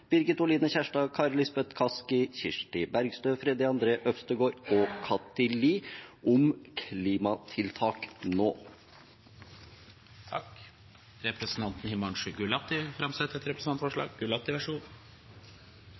Kjerstad, Kari Elisabeth Kaski, Kirsti Bergstø, Freddy André Øvstegård, Kathy Lie og meg selv om klimatiltak nå. Representanten Himanshu Gulati vil framsette et representantforslag.